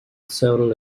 several